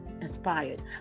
inspired